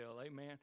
amen